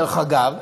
דרך אגב,